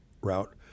route